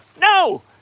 No